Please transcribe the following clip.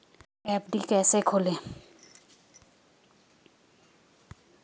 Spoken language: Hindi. एफ.डी कैसे खोलें?